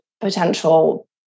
potential